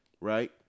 right